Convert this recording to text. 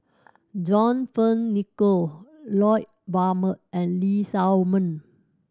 John Fearns Nicoll Lloyd Valberg and Lee Shao Meng